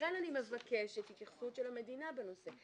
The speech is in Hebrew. ולכן אני מבקשת התייחסות של המדינה בנושא.